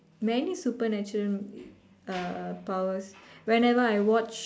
many supernatural movies uh powers whenever I watch